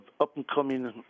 up-and-coming